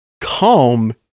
calm